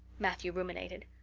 matthew ruminated.